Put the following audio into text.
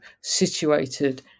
situated